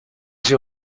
sie